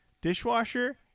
Dishwasher